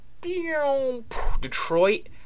Detroit